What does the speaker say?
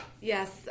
Yes